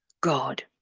God